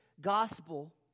gospel